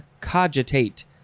cogitate